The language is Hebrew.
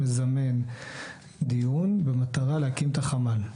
מזמן דיון במטרה להקים את החמ"ל.